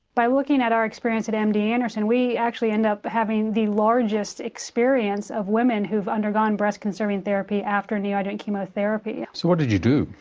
by looking at our experience at md anderson we actually end up having the largest experience of women who've undergone breast-conserving therapy after neoadjuvant chemotherapy. so what did you do?